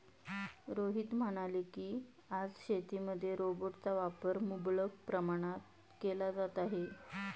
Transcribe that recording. रोहित म्हणाले की, आज शेतीमध्ये रोबोटचा वापर मुबलक प्रमाणात केला जात आहे